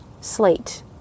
slate